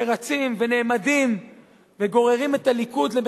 שרצים ונעמדים וגוררים את הליכוד ואת ממשלת